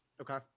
Okay